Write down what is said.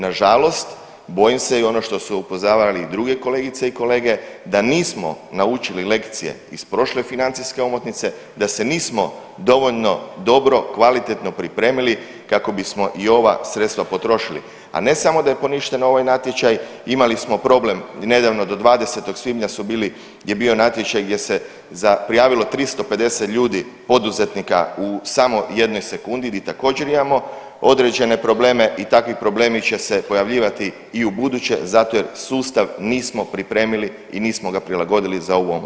Nažalost, bojim se i ono što su upozoravali i druge kolegice i kolege, da nismo naučili lekcije iz prošle financijske omotnice, da se nismo dovoljno dobro i kvalitetno pripremili kako bismo i ova sredstva potrošili, a ne samo da je poništen ovaj natječaj, imali smo problem i nedavno do 20. svibnja su bili, je bio natječaj gdje se za, prijavilo 350 ljudi poduzetnika u samo jednoj sekundi, di također imamo određene probleme i takvi problemi će se pojavljivati i u buduće zato jer sustav nismo pripremili i nismo ga prilagodili za ovu omotnicu.